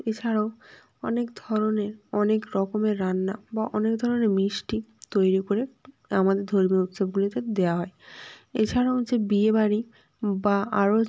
এছাড়াও অনেক ধরনের অনেক রকমের রান্না বা অনেক ধরনের মিষ্টি তৈরি করে আমাদের ধর্মীয় উৎসবগুলোতে দেওয়া হয় এছাড়াও যে বিয়েবাড়ি বা আরও